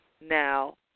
now